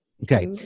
Okay